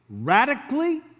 radically